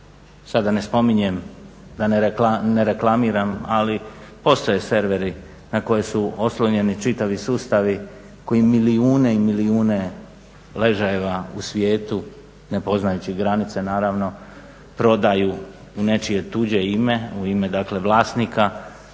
da ne spominjem, da ne reklamiram ali postoje serveri na koje su oslonjeni čitavi sustavi, koji milijune i milijune ležajeva u svijetu ne poznajući granice naravno prodaju u nečije tuđe ime, u ime dakle vlasnika